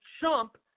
chump